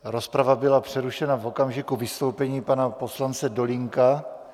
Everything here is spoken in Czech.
Rozprava byla přerušena v okamžiku vystoupení pana poslance Dolínka.